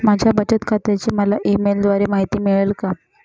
माझ्या बचत खात्याची मला ई मेलद्वारे माहिती मिळेल का?